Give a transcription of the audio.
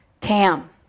Tam